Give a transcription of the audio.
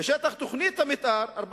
ושטח תוכנית המיתאר,